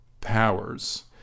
powers